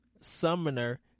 Summoner